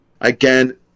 again